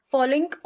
Following